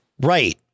Right